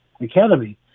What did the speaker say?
Academy